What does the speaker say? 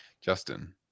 justin